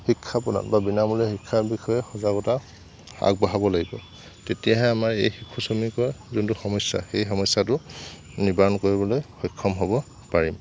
শিক্ষা প্ৰদান বা বিনামূলীয়া শিক্ষাৰ বিষয়ে সজাগতা আগবঢ়াব লাগিব তেতিয়াহে আমাৰ এই শিশু শ্ৰমিকৰ যোনটো সমস্যা সেই সমস্য়াটো নিবাৰণ কৰিবলৈ সক্ষম হ'ব পাৰিম